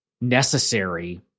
necessary